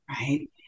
right